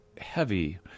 heavy